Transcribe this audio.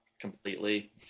completely